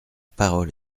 parole